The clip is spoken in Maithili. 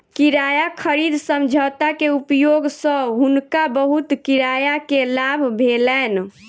किराया खरीद समझौता के उपयोग सँ हुनका बहुत किराया के लाभ भेलैन